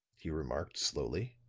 he remarked, slowly,